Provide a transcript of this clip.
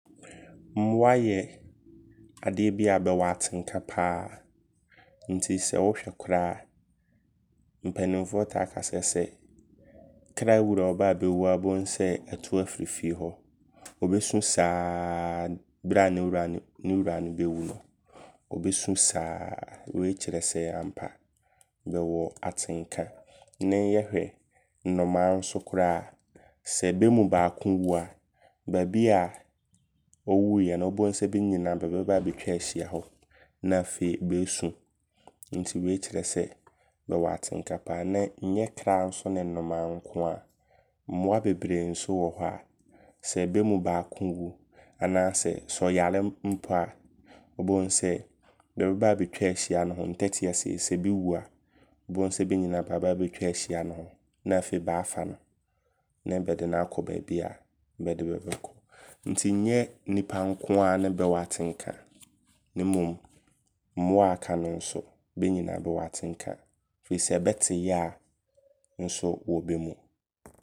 Mmoa yɛ adeɛ bi a bɛwɔ atenka paa. Nti sɛ wohwɛ koraa, mpanimfoɔ taa ka sɛ, sɛ Kra wura ɔbɛabɛwu a wobɛhu sɛ, atu afiri fie hɔ. Ɔbɛsu saa berɛ ne wura no bɛwu no. Wei kyerɛ sɛ, bɛwɔ atenka. Ne yɛhwɛ nnomaa nso koraa. Sɛ bɛmu baako wu a,baabi a ɔwuuiɛ no wobɛhunu sɛ bɛ nyinaa bɛba abɛtwa ahyia hɔ. Na afei bɛɛsu. Nti wei kyerɛ sɛ, bɛwɔ atenka. Ne nyɛ kra nso ne nnomaa nkoaa. Mmoa bebree nso wɔ hɔ a, sɛ bɛmu baako wu anaasɛ ɔyare mpo a,wobɛhu sɛ, bɛbɛba abɛtwa ahyia ne ho. Ntatia sei sɛ bi wu a,wobɛhu sɛ bɛnyinaa baaba abɛtwa ahyia ne ho. Na afei baafa no ne bɛde no akɔ baabi a bɛde no bɛkɔ. Nti nyɛ nnipa nkoaa ne bɛwɔ atenka. Firi sɛ bɛte yea nso wɔ bɛmu.